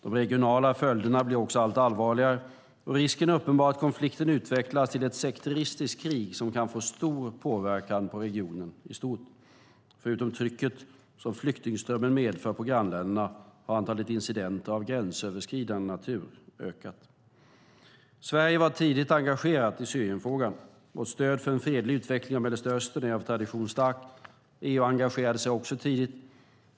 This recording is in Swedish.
De regionala följderna blir också allt allvarligare, och risken är uppenbar att konflikten utvecklas till ett sekteristiskt krig som kan få stor påverkan på regionen i stort. Förutom trycket som flyktingströmmen medför på grannländerna har antalet incidenter av gränsöverskridande natur ökat. Sverige var tidigt engagerat i Syrienfrågan. Vårt stöd för en fredlig utveckling av Mellanöstern är av tradition stark. EU engagerade sig också tidigt.